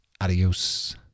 adios